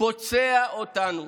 פוצע אותנו.